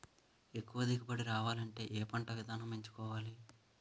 ఎక్కువ దిగుబడి రావాలంటే ఏ పంట విధానం ఎంచుకోవాలి?